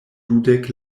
dudek